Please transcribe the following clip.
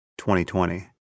2020